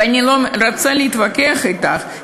ואני לא רוצה להתווכח אתך,